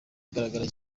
igaragara